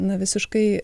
na visiškai